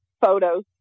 photos